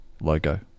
logo